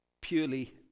purely